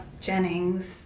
Jennings